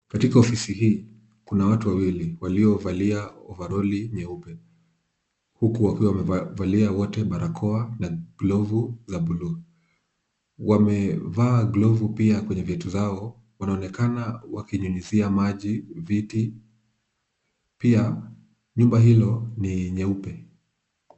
Katika ofisi hii kuna watu wawili waliovalia ovaroli nyeupe huku wakiwa wamevalia wote barakoa na glovu za buluu. Wamevaa glovu pia kwenye viatu zao. Wanaonekana wakinyuyizia maji viti, pia nyumba hilo ni nyeupe.